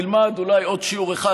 נלמד אולי עוד שיעור אחד,